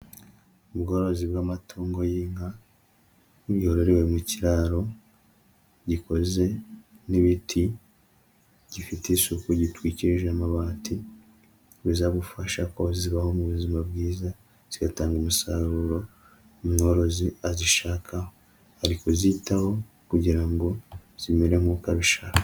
Ubworozi bw'amatungo y'inka, bwororewe mu kiraro gikoze n'ibiti, gifite isuku, gitwikirije amabati. Bizagufasha ko zibaho mu buzima bwiza, zigatanga umusaruro, umworozi azishaka, ari kuzitaho kugira ngo zimere nk'uko abishaka.